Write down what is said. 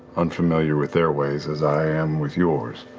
unfamiliar with their ways as i am with yours.